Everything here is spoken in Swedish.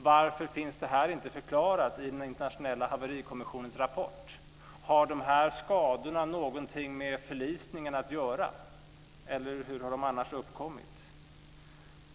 Varför finns det här inte förklarat i den internationella haverikommissionens rapport? Har skadorna någonting med förlisningen att göra, eller hur har de annars uppkommit?